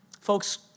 folks